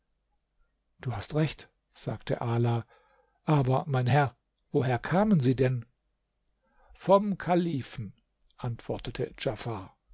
du hast recht sagte ala aber mein herr woher kamen sie denn vom kalifen antwortete